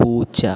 പൂച്ച